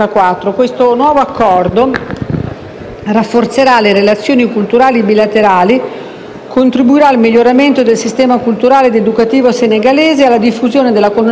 rafforzerà le relazioni culturali bilaterali, contribuirà al miglioramento del sistema culturale ed educativo senegalese, alla diffusione della conoscenza scientifica e della ricerca,